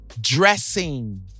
Dressing